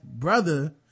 brother